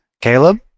Caleb